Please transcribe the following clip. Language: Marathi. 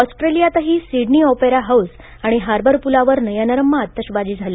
ऑस्ट्रेलियातही सिडनी ओपेरा हाउस आणि हार्बर पुलावर नयनरम्य आतषबाजी झाली